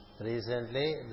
recently